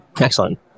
Excellent